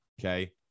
okay